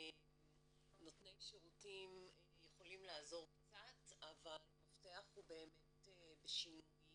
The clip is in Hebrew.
נותני שירותים יכולים לעזור קצת אבל המפתח הוא באמת בשינוי